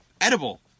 edible